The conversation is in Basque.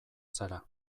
zara